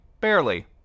barely